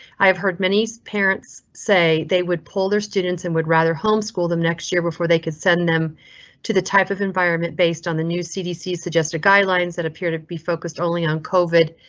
i have heard many parents say they would pull their students and would rather homeschool them next year before they could send them to the type of environment based on the new cdc suggested guidelines that appear to be focused only on kovid.